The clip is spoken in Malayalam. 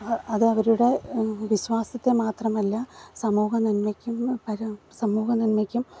ആ അത് അവരുടെ വിശ്വാസത്തെ മാത്രമല്ല സമൂഹം നന്മയ്ക്കും സമൂഹ നന്മയ്ക്കും